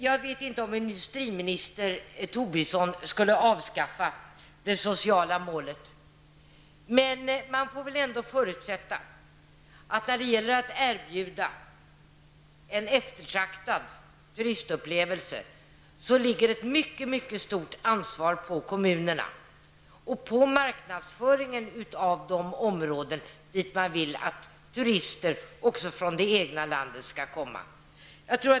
Jag vet inte om industriministern Tobisson skulle avskaffa det sociala målet. När det gäller att erbjuda en eftertraktad turistupplevelse får man ändå förutsätta att det ligger ett mycket stort ansvar på kommunerna att marknadsföra de områden dit man vill att turister också från det egna landet skall komma.